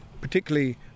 particularly